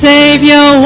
Savior